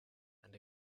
and